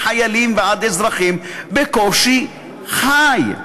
מחיילים ועד אזרחים בקושי חי.